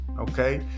Okay